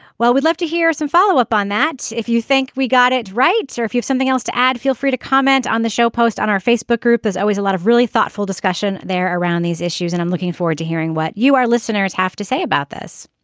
well we'd love to hear some follow up on that if you think we got it right or if you've something else to add. feel free to comment on the show post on our facebook group as always a lot of really thoughtful discussion there around these issues and i'm looking forward to hearing what you our listeners have to say about this.